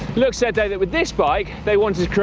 look said, though, that with this bike, they wanted to create,